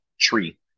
tree